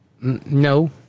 No